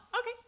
okay